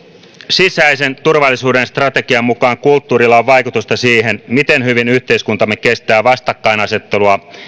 sisäisen turvallisuuden strategian mukaan kulttuurilla on vaikutusta siihen miten hyvin yhteiskuntamme kestää vastakkainasettelua